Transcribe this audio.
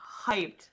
hyped